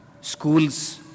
schools